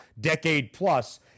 decade-plus